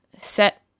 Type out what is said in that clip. set